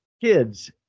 kids